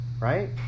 right